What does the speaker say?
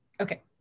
okay